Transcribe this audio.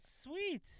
sweet